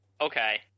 okay